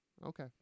Okay